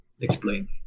explain